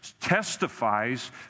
testifies